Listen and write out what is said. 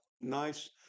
nice